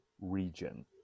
region